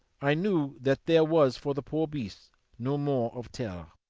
i knew that there was for the poor beasts no more of terror.